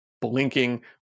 blinking